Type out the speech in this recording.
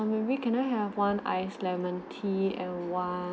um maybe can I have one ice lemon tea and o~